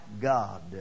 God